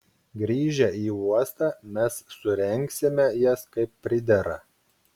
grįžę į uostą mes surengsime jas kaip pridera